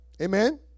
Amen